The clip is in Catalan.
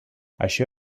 això